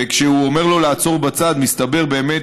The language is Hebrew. וכשהוא אומר לו לעצור בצד מסתבר באמת